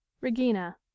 regina